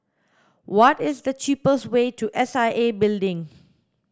what is the cheapest way to S I A Building